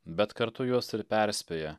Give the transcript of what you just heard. bet kartu juos ir perspėja